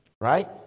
right